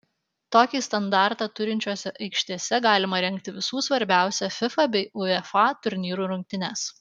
tokį standartą turinčiose aikštėse galima rengti visų svarbiausių fifa bei uefa turnyrų rungtynes